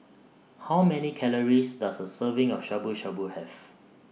How Many Calories Does A Serving of Shabu Shabu Have